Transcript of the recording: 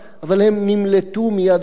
אבל הם נמלטו מיד החוק.